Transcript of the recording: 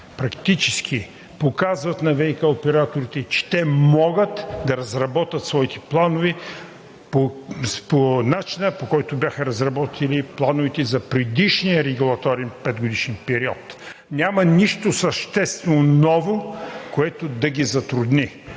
практически показват на ВиК операторите, че те могат да разработят своите планове по начина, по който бяха разработени плановете за предишния регулаторен петгодишен период. Няма нищо съществено ново, което да ги затрудни,